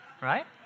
Right